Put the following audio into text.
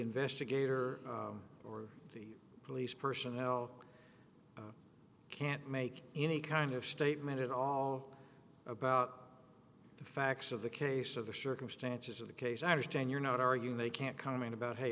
investigator or the police personnel can't make any kind of statement at all about the facts of the case of the circumstances of the case i understand you're not arguing they can't comment about hey